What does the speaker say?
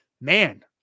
man